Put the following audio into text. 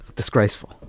Disgraceful